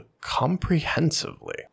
comprehensively